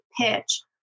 pitch